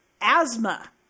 asthma